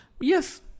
Yes